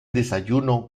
desayuno